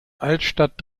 altstadt